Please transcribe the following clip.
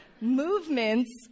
Movements